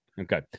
Okay